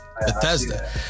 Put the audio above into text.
Bethesda